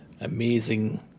amazing